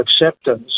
acceptance